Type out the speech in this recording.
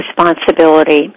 responsibility